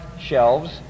shelves